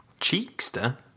Cheekster